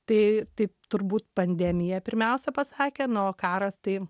tai taip turbūt pandemija pirmiausia pasakė nu o karas tai